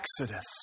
Exodus